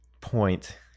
point